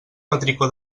petricó